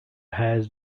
had